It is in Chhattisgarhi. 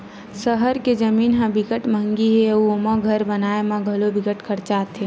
सहर के जमीन ह बिकट मंहगी हे अउ ओमा घर बनाए म घलो बिकट खरचा आथे